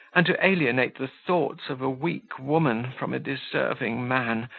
and to alienate the thoughts of a weak woman from a deserving man,